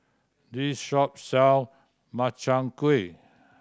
this shop sell Makchang Gui